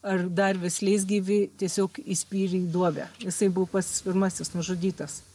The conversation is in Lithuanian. ar dar vis leisgyvį tiesiog įspyrė į duobę jisai buvo pats pirmasis nužudytas